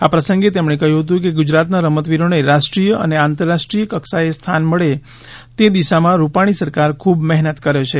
આ પ્રસંગે તેમણે કહ્યું હતું કે ગુજરાતના રમતવીરોને રાષ્ટ્રીય અને આંતર રાષ્ટ્રીય કક્ષાએ સ્થાન મળે તે દિશામાં રૂપાણી સરકાર ખૂબ મહેનત કરે છે